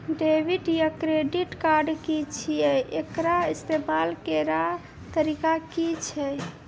Debit या credit card की छियै? एकर इस्तेमाल करैक तरीका की छियै?